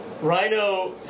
Rhino